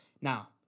now